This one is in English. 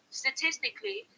statistically